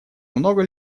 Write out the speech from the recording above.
много